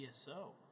ESO